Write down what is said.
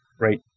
Right